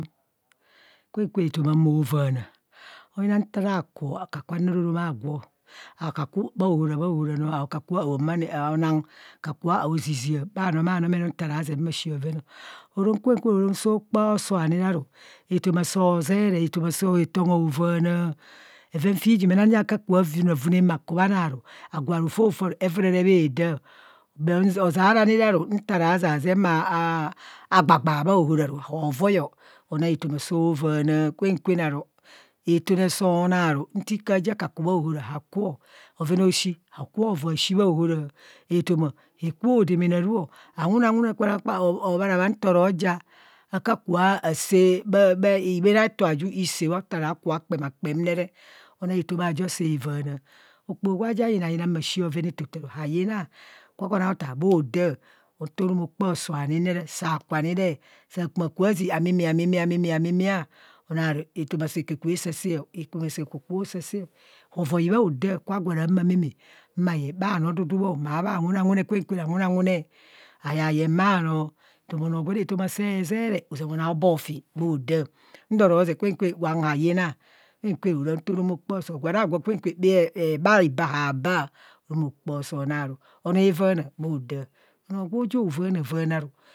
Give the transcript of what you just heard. Kwen kwen etoma mo vaana, oyina nta raa kuo, akakua na ra orom aa gwo, akaku bha ohora bhaohora noo, akaku bho aomanạạ aona akaku ao zizia bha no ma nomene bho nta raa kpa aoso aani ra ru, etoma sọọ zere etoma se tongho hovaana. bhoven fi jumene ka ku bha vune avune ma kuma na ru, agwo hovo aro aru evurere bha adạạ, ozeara ni ra ru nta ra zaze maa ma gba gbaa bha ohora hovoi etoma soo vaana kwen kwen aru itune soo na ru itike aja kaku bha ohora kaku, bhoven aoshi hoku bho voi ashi bha ohora etoma hoku bho damana aru, awune nawune kpan akpan ebhanebhan nto ro ja akaku bha a sạạ ibhen aeto aju isee bho, nta ra kuba kpe akpen re, etoma ajo saa vaana. Okpoho gwaa ja yina yina ma shi oven aru hayina gwane ootaa bho ado, nta irom okpa soo ni re re, saa ku ni re, saa ku ba umia ni re anaa ru, etoma saa kuba sasạạ kuba sasaa ọ hovoibha daa kwa gwo ara humo ameme ma ye bha nodudu bho ma bha wune awunee, kwen kwen awune ayaye ma onoo, onoo gwere etoma sezere ozama onoo a bhọ fi bho daa, nto ro ze, kwen kwen gwan hayina, kwen kwen ara nta orom okpaa oosoo, fon obho bhaiba habha, orom ma kpaa aosoo ona ru onoo avaava bho da, onoo gwo jo vaana vaanu aru.